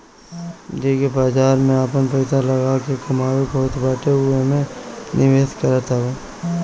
जेके बाजार में आपन पईसा लगा के कमाए के होत बाटे उ एमे निवेश करत हवे